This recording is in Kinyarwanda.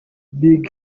big